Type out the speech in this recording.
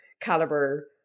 caliber